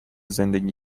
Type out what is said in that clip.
زندگی